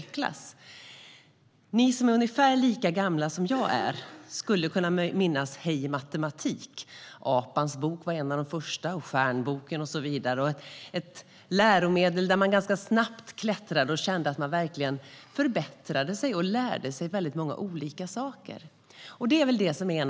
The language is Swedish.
Ni som är ungefär lika gamla som jag kanske minns Hej matematik med Apans bok, Stjärnboken och så vidare. Det var ett läromedel där man ganska snabbt klättrade och kände att man verkligen förbättrade sig och lärde sig många olika saker.